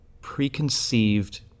preconceived